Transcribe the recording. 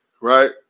right